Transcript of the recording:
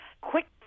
Quick